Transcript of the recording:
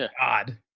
god